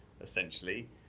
essentially